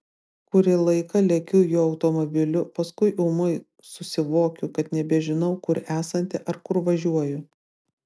kurį laiką lekiu jo automobiliu paskui ūmai susivokiu kad nebežinau kur esanti ar kur važiuoju